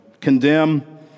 condemn